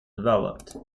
developed